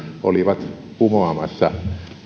olivat kumoamassa